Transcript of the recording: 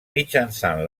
mitjançant